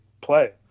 play